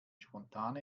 spontane